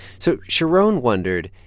so sharon wondered,